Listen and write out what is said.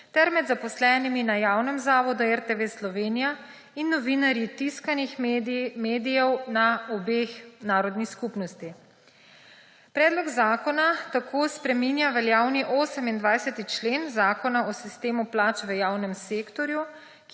ter med zaposlenimi na javnem zavodu RTV Slovenija in novinarjih tiskanih medijev na obeh narodnih skupnosti. Predlog zakona tako spreminja veljavni 28. člen Zakona o sistemu plač v javnem sektorju,